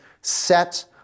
set